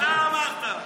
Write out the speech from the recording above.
אתה אמרת.